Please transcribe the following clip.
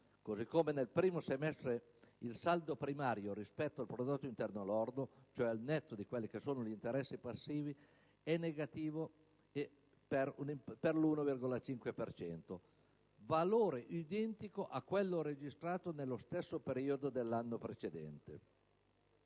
Sempre nel primo semestre, il saldo primario rispetto al prodotto interno lordo, cioè al netto degli interessi passivi, è negativo e pari all'1,5 per cento, valore identico a quello registrato nello stesso periodo dell'anno precedente;